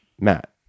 Matt